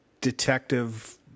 detective